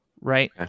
right